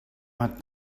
hat